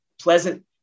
pleasant